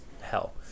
hell